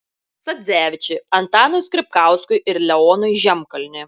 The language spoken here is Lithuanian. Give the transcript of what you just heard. sadzevičiui antanui skripkauskui ir leonui žemkalniui